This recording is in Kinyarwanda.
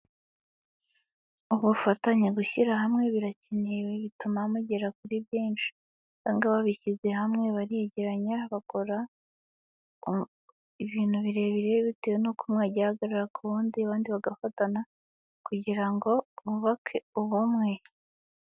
Ubufatanye, gushyira hamwe birakenewe bituma mugera kuri byinshi. Aba ngaba bishyize hamwe bariyegeranya bakora ibintu birebire bitewe n'uko umwe yagiye ahagarara ku wundi, abandi bagafatana kugira ngo bubake ubumwe.